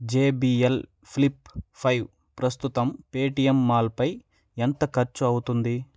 JBL flip five ప్రస్తుతం Paytm మాల్పై ఎంత ఖర్చు అవుతుంది